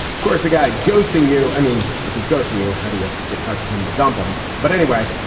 of course, the guy ghosting you. i mean, if he's ghosting you, how do you get in touch with him to dump him? but anyway,